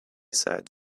said